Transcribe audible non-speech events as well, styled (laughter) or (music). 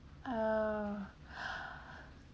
uh (breath)